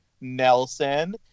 Nelson